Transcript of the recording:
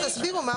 אז תסבירו.